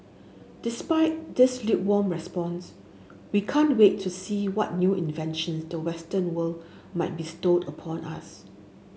despite this lukewarm response we can't wait to see what new invention the western world might bestow upon us